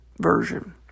version